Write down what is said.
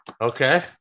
Okay